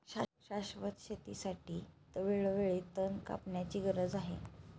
शाश्वत शेतीसाठी वेळोवेळी तण कापण्याची गरज आहे